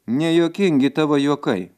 nejuokingi tavo juokai